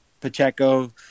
Pacheco